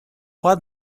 juan